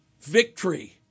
victory